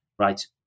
right